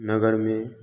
नगर में